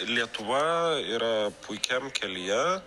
lietuva yra puikiam kelyje